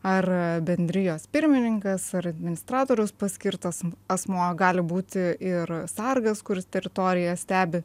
ar bendrijos pirmininkas ar administratoriaus paskirtas asmuo gali būti ir sargas kuris teritoriją stebi